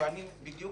שאני בדיוק